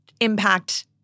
impact